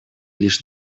лишь